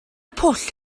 pwll